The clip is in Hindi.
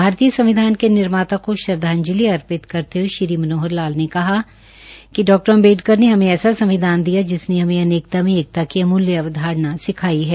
भारतीय संविधान के निर्माता को श्रद्धांजलि अर्पित करते हए श्री मनोहर लाल ने कहा कि डॉ बी आर अंबेडकर ने हमें ऐसा संविधान दिया जिसने हमें अनेकता में एकता की अमूल्य अवधारणा सिखाई है